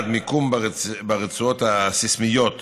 מיקום ברצועות הסיסמיות